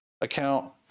account